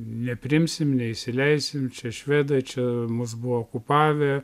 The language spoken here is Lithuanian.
nepriimsim neįsileisim čia švedai čia mus buvo okupavę